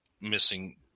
missing